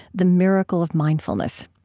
the miracle of mindfulness.